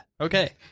okay